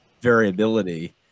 variability